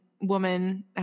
woman